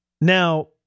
Now